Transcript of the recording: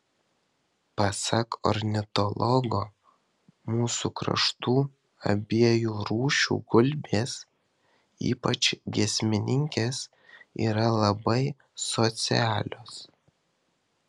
pasak ornitologo mūsų kraštų abiejų rūšių gulbės ypač giesmininkės yra labai socialios